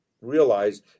realize